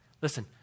Listen